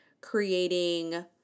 creating